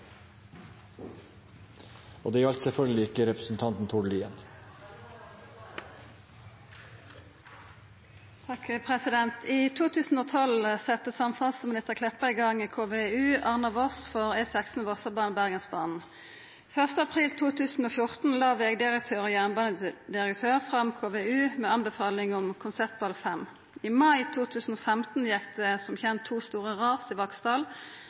2012 sette samferdselsminister Kleppa i gang KVU ArnaVoss for E16/VossabanenBergensbanen. 1. april 2014 la vegdirektør og jernbanedirektør fram KVU med anbefaling om konseptval 5. I mai 2015 gjekk det som kjent to store ras i Vaksdal,